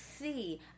see